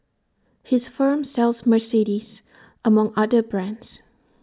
his firm sells Mercedes among other brands